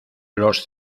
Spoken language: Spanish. los